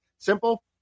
simple